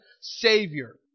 Savior